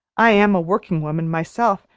i am a working woman, myself,